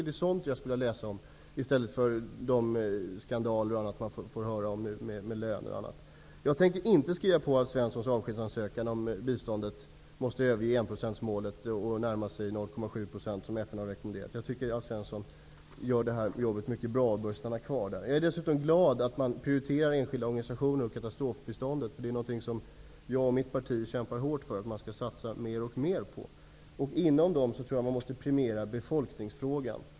Det är sådant jag skulle vilja läsa om, i stället för de skandaler man nu får höra om, med löner och annat. Jag tänker inte skriva på Alf Svenssons avskedsansökan, om man måste överge enprocentsmålet för biståndet och närma sig 0,7 %, som FN har rekommenderat. Jag tycker att Alf Svensson gör jobbet mycket bra och bör stanna kvar. Jag är dessutom glad att man prioriterar enskilda organisationer och katastrofbistånd. Det är någonting som jag och mitt parti kämpar hårt för att man skall satsa mera på. Jag tror att man måste premiera befolkningsfrågan.